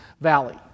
valley